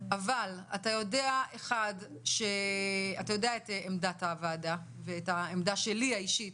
אבל אתה יודע את עמדת הוועדה ואת העמדה שלי האישית